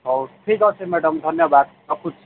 ହଉ ଠିକ୍ ଅଛି ମ୍ୟାଡମ୍ ଧନ୍ୟବାଦ ରଖୁଛି